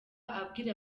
abwira